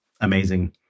amazing